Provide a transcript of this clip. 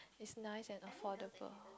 it's nice and affordable